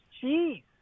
cheese